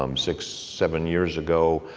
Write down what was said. um six, seven years ago,